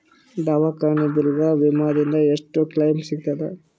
ದವಾಖಾನಿ ಬಿಲ್ ಗ ವಿಮಾ ದಿಂದ ಎಷ್ಟು ಕ್ಲೈಮ್ ಸಿಗತದ?